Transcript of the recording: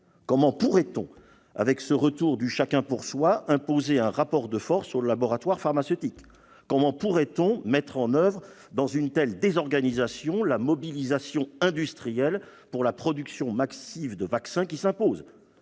Comment pourrait-on, avec ce retour du « chacun pour soi », imposer un rapport de force aux laboratoires pharmaceutiques ? Comment pourrait-on mettre en oeuvre, dans une telle désorganisation, la mobilisation industrielle qui s'impose pour la production massive de vaccins ? Comment,